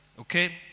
okay